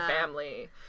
family